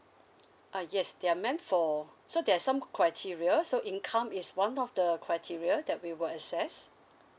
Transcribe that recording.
ah yes they are meant for so there's some criteria so income is one of the criteria that we will assess